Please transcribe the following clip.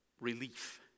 relief